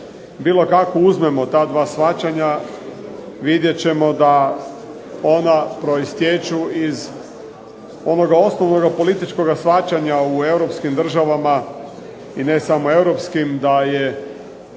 Bilo kako uzmemo ta dva shvaćanja vidjet ćemo da ona proistječu iz onoga osnovnoga političkoga shvaćanja u europskim državama i ne samo europskim, da je